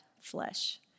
flesh